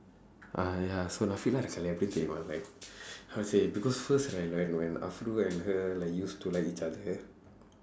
ah ya so இருக்காலே அவ எப்படி தெரியுமா:irukkaalee ava eppadi theriyumaa how to say because first right like when and her used to like each other